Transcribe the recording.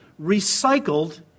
recycled